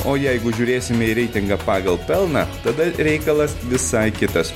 o jeigu žiūrėsime į reitingą pagal pelną tada reikalas visai kitas